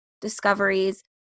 discoveries